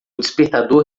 despertador